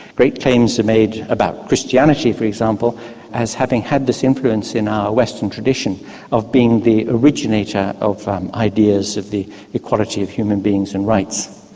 great claims are made about christianity for example as having had this influence in our western tradition of being the originator of um ideas of the equality of human beings and rights.